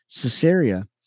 Caesarea